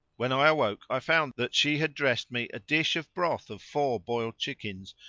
when i awoke i found that she had dressed me a dish of broth of four boiled chickens,